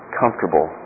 comfortable